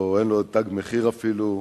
אין לו תג מחיר אפילו,